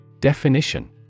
Definition